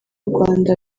rwanda